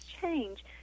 change